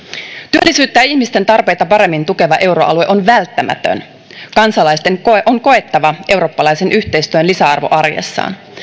työllisyyttä ja ihmisten tarpeita paremmin tukeva euroalue on välttämätön kansalaisten on koettava eurooppalaisen yhteistyön lisäarvo arjessaan